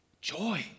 joy